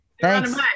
Thanks